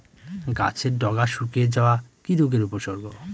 গাছের ডগা শুকিয়ে যাওয়া কি রোগের উপসর্গ?